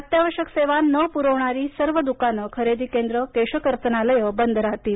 अत्यावश्यक सेवा न प्रवणारी सर्व दुकाने खरेदी केंद्रे केश कर्तनालयं बंद राहतील